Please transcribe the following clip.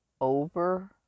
over